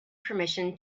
permission